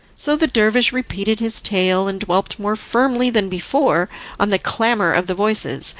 so the dervish repeated his tale, and dwelt more firmly than before on the clamour of the voices,